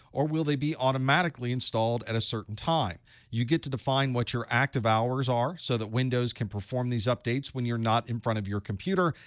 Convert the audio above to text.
or will they be automatically installed at a certain time? you get to define what your active hours are so that windows can perform these updates when you're not in front of your computer.